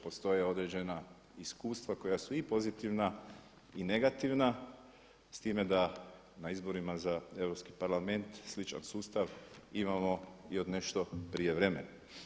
Postoje određena iskustva koja su i pozitivna i negativna s time da na izborima za Europski parlament sličan sustav imamo i od nešto prije vremena.